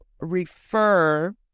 refer